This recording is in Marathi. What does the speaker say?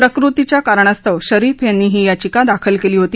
प्रकृतीच्या कारणास्तव शरीफ यांनी ही याचिका दाखल केली होती